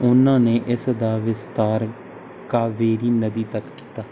ਉਨ੍ਹਾਂ ਨੇ ਇਸ ਦਾ ਵਿਸਤਾਰ ਕਾਵੇਰੀ ਨਦੀ ਤੱਕ ਕੀਤਾ